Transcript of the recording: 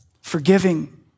forgiving